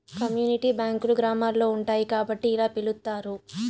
community బ్యాంకులు గ్రామాల్లో ఉంటాయి కాబట్టి ఇలా పిలుత్తారు